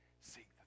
seek